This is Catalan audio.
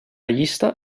llista